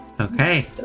Okay